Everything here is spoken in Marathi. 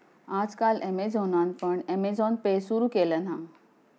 आज काल ॲमेझॉनान पण अँमेझॉन पे सुरु केल्यान हा